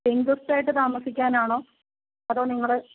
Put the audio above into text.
pain guest ആയിട്ട് താമസിക്കാൻ ആണോ അതോ നിങ്ങൾ